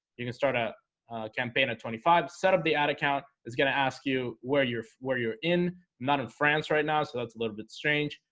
you can start a campaign of twenty five set up the ad account is gonna ask you where your where your in not in france right now so that's a little bit strange,